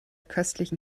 köstlichen